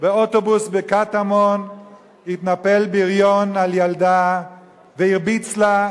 באוטובוס בקטמון התנפל בריון על ילדה והרביץ לה,